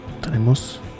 tenemos